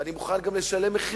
ואני מוכן גם לשלם מחירים.